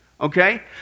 Okay